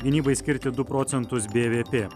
gynybai skirti du procentus bvp